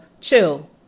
Chill